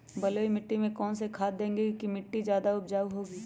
बलुई मिट्टी में कौन कौन से खाद देगें की मिट्टी ज्यादा उपजाऊ होगी?